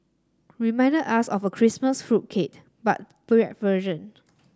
reminded us of a Christmas fruit cake but bread version